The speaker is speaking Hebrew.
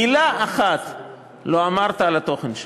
מילה אחת לא אמרת על התוכן שלו.